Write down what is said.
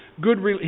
good